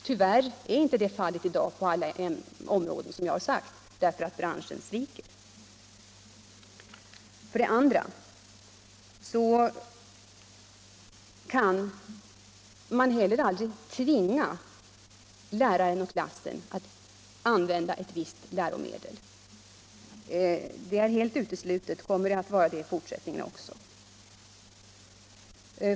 Tyvärr är det, som jag har sagt, inte fallet i dag på alla områden, eftersom branschen sviker sin uppgift. För det andra kan man heller aldrig tvinga läraren och klassen att använda ett visst läromedel. Det är helt uteslutet och kommer att vara det i fortsättningen också.